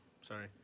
Sorry